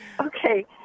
Okay